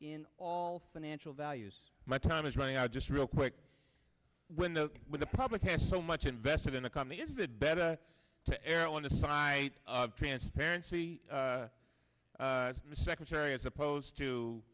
in all financial values my time is running out just real quick when the when the public has so much invested in a commie is it better to err on the side of transparency the secretary as opposed to